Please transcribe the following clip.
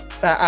sa